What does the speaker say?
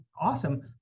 awesome